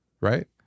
Right